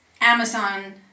Amazon